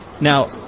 Now